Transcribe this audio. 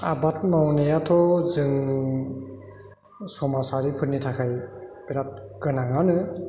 आबाद मावनायाथ' जों समाजारिफोरनि थाखाय बिराद गोनांआनो